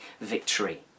victory